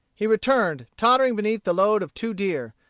he returned tottering beneath the load of two deer,